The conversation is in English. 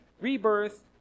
rebirth